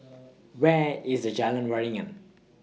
Where IS Jalan Waringin